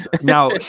Now